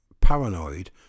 paranoid